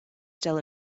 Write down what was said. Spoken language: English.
still